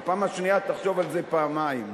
בפעם השנייה תחשוב על זה פעמיים.